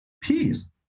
peace